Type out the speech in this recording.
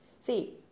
See